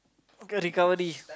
okay recovery